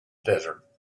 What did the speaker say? desert